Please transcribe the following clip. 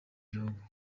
gihugu